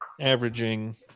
averaging –